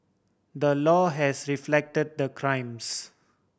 the law has reflect the crimes